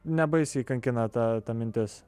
nebaisiai kankina ta mintis